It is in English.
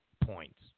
points